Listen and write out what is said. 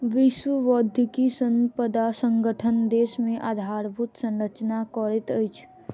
विश्व बौद्धिक संपदा संगठन देश मे आधारभूत संरचना करैत अछि